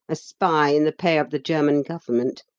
a spy in the pay of the german government,